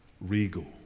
regal